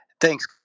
Thanks